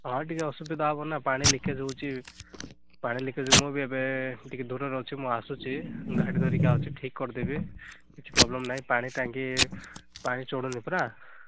ହଁ ଟିକିଏ ଅସୁବିଧା ହେବ ନା ପାଣି ଲିକେଜ୍ ହେଉଛି ପାଣି ଲିକେଜ୍ ମୁଁ ବି ଏବେ ଟିକିଏ ଦୂରରେ ଅଛି ମୁଁ ଆସୁଛି ଗାଡ଼ି ଧରିକି ଆସୁଛି ଠିକ୍ କରିଦେବି କିଛି ପ୍ରୋବ୍ଲେମ୍ ନାଇଁ ପାଣି ଟାଙ୍କି ପାଣି ଚଢୁନି ପରା